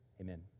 Amen